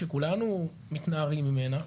שכולנו מתנערים ממנה,